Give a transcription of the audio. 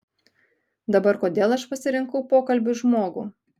dabar kodėl aš pasirinkau pokalbiui žmogų